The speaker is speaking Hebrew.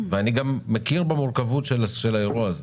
ואני גם מכיר במורכבות של האירוע הזה.